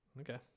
okay